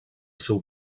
seu